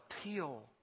appeal